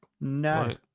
no